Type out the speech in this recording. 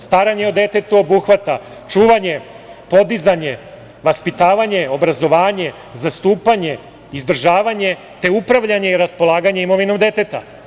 Staranje o detetu obuhvata čuvanje, podizanje, vaspitavanje, obrazovanje, zastupanje, izdržavanje, te upravljanje i raspolaganje imovinom deteta.